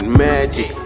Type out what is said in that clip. magic